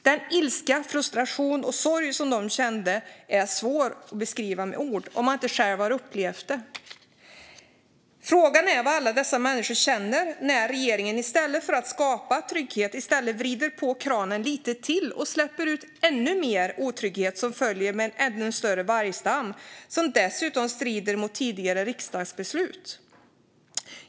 Den ilska, frustration och sorg som de kände är svår att beskriva med ord om man inte själv har upplevt detta. Frågan är vad alla dessa människor känner när regeringen i stället för att skapa trygghet vrider på kranen lite till och släpper ut ännu mer av den otrygghet som följer med en ännu större vargstam, dessutom i strid mot tidigare riksdagsbeslut.